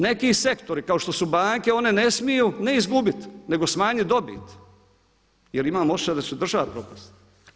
Neki sektori kao što su banke one ne smiju ne izgubiti, nego smanjiti dobiti, jer imam osjećaj da će država propast.